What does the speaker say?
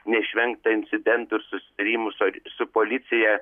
neišvengta incidentų ir susidūrimų su ar su policija